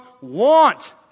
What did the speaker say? want